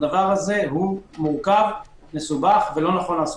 זה מורכב, מסובך, ולא ניתן לעשות.